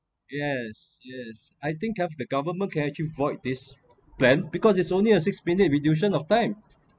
yes yes I think have the government can actually void this plan because it's only six minutes reduction in time